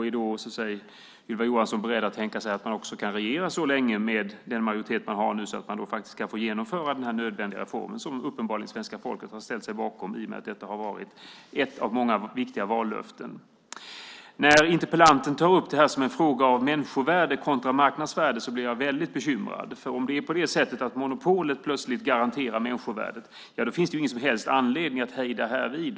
Är Ylva Johansson då beredd att tänka sig att den majoritet vi har nu kan få regera så länge att man kan genomföra den här nödvändiga reformen, som svenska folket uppenbarligen har ställt sig bakom i och med att detta var ett av många viktiga vallöften? När interpellanten tar upp det här som en fråga om människovärde kontra marknadsvärde blir jag väldigt bekymrad. Om det är så att monopolet plötsligt garanterar människovärdet finns det ju ingen som helst anledning att hejda det härvid.